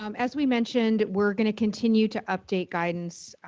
um as we mentioned. we're gonna continue to update guidance.